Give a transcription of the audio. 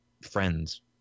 Friends